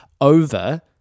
over